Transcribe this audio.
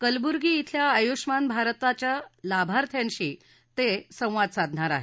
कुलबुर्गी इथल्या आयुष्मान भारताच्या लाभार्थ्यांशी ते संवाद साधणार आहेत